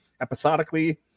episodically